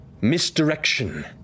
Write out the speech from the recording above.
Misdirection